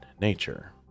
nature